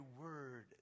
word